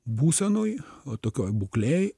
būsenoj o tokioj būklėj